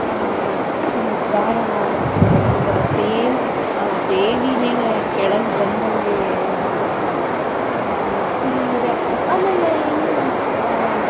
ಎತ್ತಿ ಮುದ್ದಾಡೋಣ ಅನ್ನಿಸುತ್ತೆ ಬ ಸೇಮ್ ದೇವೀನೆ ಕೆಳಗೆ ಬಂದಾಗೆ ಅನ್ನಿಸುತ್ತೆ ಸೀರೆ ಆಮೇಲೆ ಇನ್ನು